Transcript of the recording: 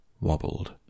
wobbled